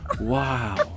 Wow